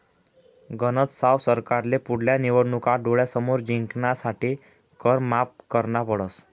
गनज साव सरकारले पुढल्या निवडणूका डोळ्यासमोर जिंकासाठे कर माफ करना पडस